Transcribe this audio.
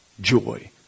joy